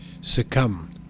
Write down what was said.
succumb